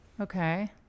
Okay